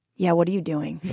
yeah. what are you doing?